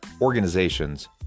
organizations